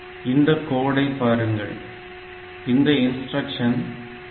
இந்தக் கோடை பாருங்கள் இந்த இன்ஸ்டிரக்ஷன் PCON